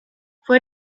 fue